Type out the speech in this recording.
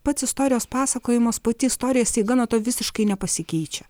pats istorijos pasakojimas pati istorijos eiga nuo to visiškai nepasikeičia